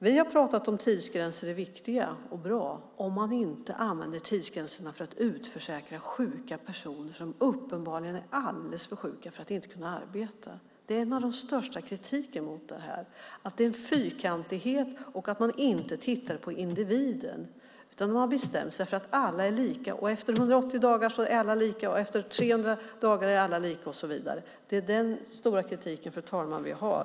Vi har talat om att tidsgränser är viktiga och bra om man inte använder tidsgränserna för att utförsäkra sjuka personer som uppenbarligen är alldeles för sjuka för att kunna arbeta. Den största kritiken mot systemet är att det är en fyrkantighet och att man inte tittar på individer. Man har bestämt sig för att alla är lika. Efter 180 dagar är alla lika, och efter 300 dagar är alla lika, och så vidare. Det är den stora kritiken vi har.